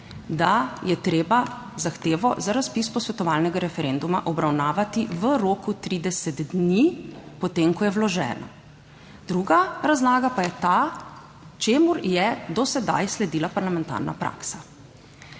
da je treba zahtevo za razpis posvetovalnega referenduma obravnavati v roku 30 dni po tem, ko je vložena. Druga razlaga pa je ta, čemur je do sedaj sledila parlamentarna praksa.